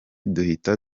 duhita